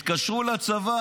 התקשרו לצבא,